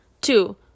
Two